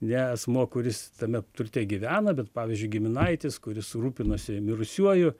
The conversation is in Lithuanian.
ne asmuo kuris tame turte gyvena bet pavyzdžiui giminaitis kuris rūpinosi mirusiuoju